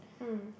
mm